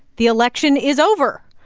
the election is over.